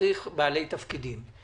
צריך בעלי תפקידים.